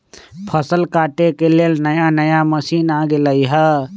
फसल काटे के लेल नया नया मशीन आ गेलई ह